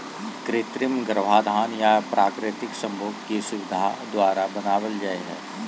कृत्रिम गर्भाधान या प्राकृतिक संभोग की सुविधा द्वारा बनाबल जा हइ